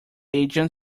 agent